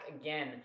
again